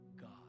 God